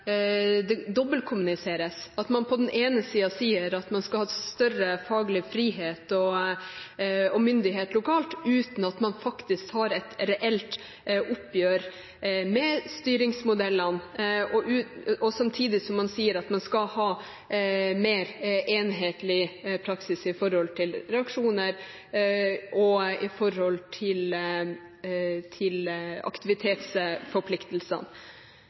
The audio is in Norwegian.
det dobbeltkommuniseres – at man på den ene siden sier at man skal ha større faglig frihet og myndighet lokalt, uten at man faktisk tar et reelt oppgjør med styringsmodellene, samtidig som man sier at man skal ha mer enhetlig praksis for reaksjoner og